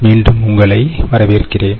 மீண்டும் உங்களை வரவேற்கிறேன்